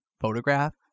Photograph